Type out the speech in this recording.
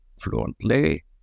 fluently